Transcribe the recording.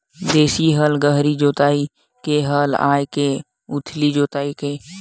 देशी हल गहरी जोताई के हल आवे के उथली जोताई के?